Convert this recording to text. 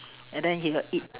and then he will eat